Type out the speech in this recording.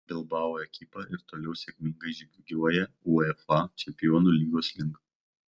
bilbao ekipa ir toliau sėkmingai žygiuoja uefa čempionų lygos link